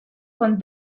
con